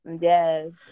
yes